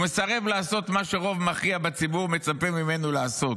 ומסרב לעשות מה שרוב מכריע בציבור מצפה ממנו לעשות.